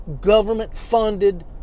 government-funded